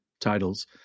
titles